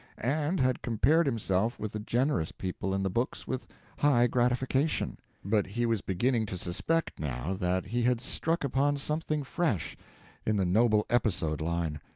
and had compared himself with the generous people in the books with high gratification but he was beginning to suspect now that he had struck upon something fresh in the noble-episode line.